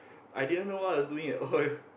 i didn't know what I was doing at all